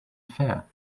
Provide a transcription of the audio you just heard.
fair